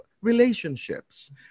relationships